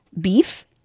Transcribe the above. beef